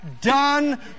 done